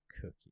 cookie